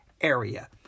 area